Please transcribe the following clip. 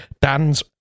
Dan's